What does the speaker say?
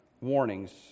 warnings